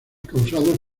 causados